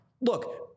Look